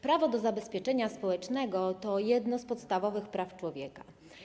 Prawo do zabezpieczenia społecznego to jedno z podstawowych praw człowieka.